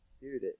dude